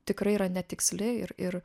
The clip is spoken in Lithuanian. tikrai yra netiksli ir ir